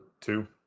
two